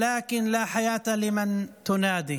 אולם אין חיים למי שאתה קורא לו".